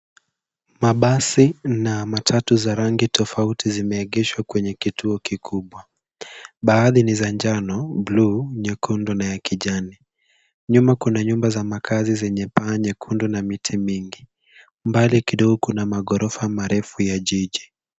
Mabasi na matatu za rangi tofauti zimeegeshwa kwenye kituo kikubwa. Baadhi ni za njano, bluu, nyekundu na za kijani. Nyuma kuna nyumba za makaazi zenye paa nyekundu na miti mingi. Mbaki kidogo kuna maghorofa marefu ya jiji.